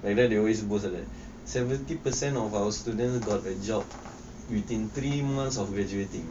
and then they always boast like that seventy percent of our students got a job within three months of graduating